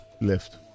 left